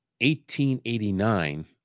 1889